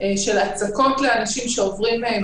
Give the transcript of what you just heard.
של הצקות לאנשים שעוברים במקום.